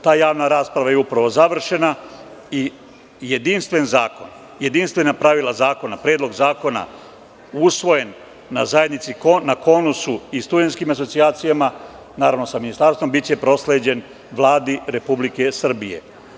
Ta javna rasprava je upravo završena i jedinstvena pravila zakona, predlog zakona, usvojen na KONUS-u i studentskim asocijacijama, naravno sa Ministarstvom, biće prosleđen Vladi Republike Srbije.